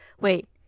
Wait